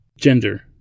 Gender